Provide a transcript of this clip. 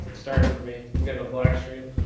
but starting for me i'm getting a black screen.